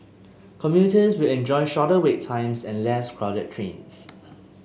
commuters will enjoy shorter wait times and less crowded trains